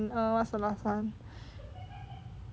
err what's the last one